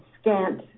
scant